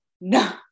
No